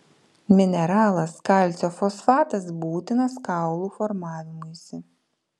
mineralas kalcio fosfatas būtinas kaulų formavimuisi